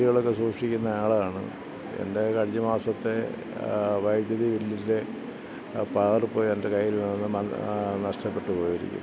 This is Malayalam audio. ബില്ലുകളൊക്കെ സൂക്ഷിക്കുന്ന ആളാണ് എൻ്റെ കഴിഞ്ഞ മാസത്തെ വൈദ്യുതി ബില്ലിൻ്റെ പകർപ്പ് എൻ്റെ കയ്യിൽനിന്നും അത് നഷ്ടപ്പെട്ടുപോയിരിക്കുന്നു